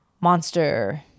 Monster